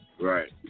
Right